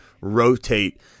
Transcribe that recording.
rotate